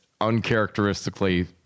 uncharacteristically